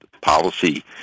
policy